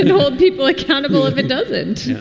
hold people accountable if it doesn't yeah